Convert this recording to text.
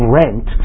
rent